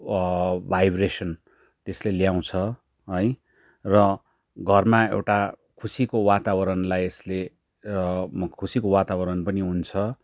vibration त्यसले ल्याउँछ है र घरमा एउटा खुशीको वातावरणलाई यसले खुशीको वातावरण पनि हुन्छ